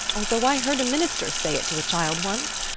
although i heard a minister say it to a child once.